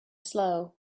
slow